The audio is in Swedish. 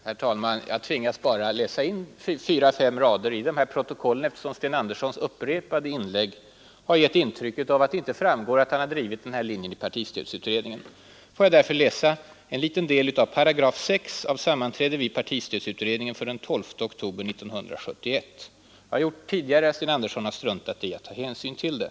Herr talman! Jag tvingas bara läsa in några rader ur det här protokollet. Sten Anderssons upprepade inlägg har gett intrycket av att det inte där framgår att han har drivit den här linjen i partistödsutredningen. Får jag därför citera en liten del av §6 i protokollet från sammanträdet i partistödsutredningen den 12 oktober 1971. Jag har gjort det tidigare, men herr Sten Andersson har struntat i att ta hänsyn till det.